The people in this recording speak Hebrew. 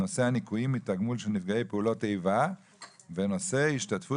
נושא הניכויים מתגמול של נפגעי פעולות איבה ונושא השתתפות